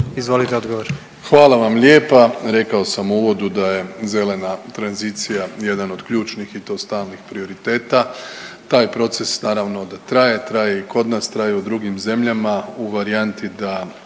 Andrej (HDZ)** Hvala vam lijepa, rekao sam u uvodu da je zelena tranzicija jedan od ključnih i to stalnih prioriteta. Taj proces naravno da traje, traje i kod nas, traje i u drugim zemljama u varijanti da